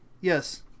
yes